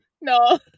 no